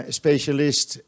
specialist